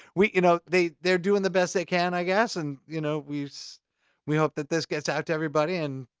we, you know, they're doing the best they can, i guess. and you know, we so we hope that this gets out to everybody and.